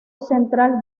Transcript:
central